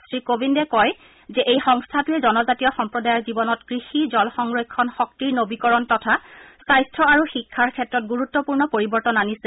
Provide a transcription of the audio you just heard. শ্ৰীকোবিন্দে কয় যে এই সংস্থাটোৱে জনজাতীয় সম্প্ৰদায়ৰ জীৱনত কৃষি জল সংৰক্ষণ শক্তিৰ নবীকৰণ তথা স্বাস্থ্য আৰু শিক্ষাৰ ক্ষেত্ৰত গুৰুত্পূৰ্ণ পৰিবৰ্তন আনিছে